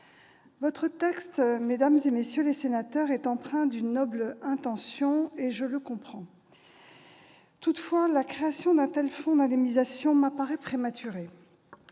Votre texte, mesdames, messieurs les sénateurs, est empreint d'une noble intention, et je la comprends. Toutefois, la création d'un tel fonds d'indemnisation m'apparaît prématurée.